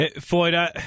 Floyd